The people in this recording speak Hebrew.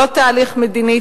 לא תהליך מדיני.